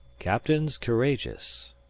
captains courageous,